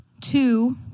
Two